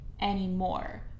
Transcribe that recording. anymore